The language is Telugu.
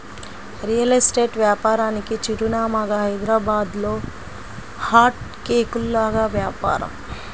రియల్ ఎస్టేట్ వ్యాపారానికి చిరునామాగా హైదరాబాద్లో హాట్ కేకుల్లాగా వ్యాపారం